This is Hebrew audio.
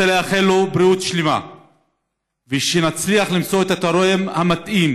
אני רוצה לאחל לו בריאות שלמה ושנצליח למצוא את התורם המתאים